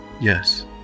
Yes